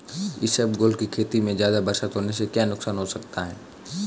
इसबगोल की खेती में ज़्यादा बरसात होने से क्या नुकसान हो सकता है?